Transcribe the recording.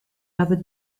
another